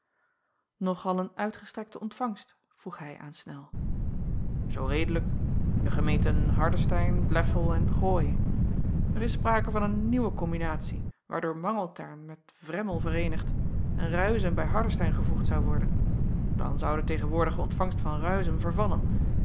og al een uitgestrekte ontvangst vroeg hij aan nel oo redelijk de gemeenten ardestein leffel en rooi r is sprake van een nieuwe kombinatie waardoor angeltern met remmel vereenigd en uizum bij ardestein gevoegd zou worden dan zou de tegenwoordige ontvangst van uizum vervallen